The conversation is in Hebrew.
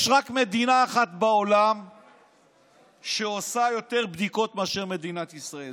יש רק מדינה אחת בעולם שעושה יותר בדיקות מאשר מדינת ישראל,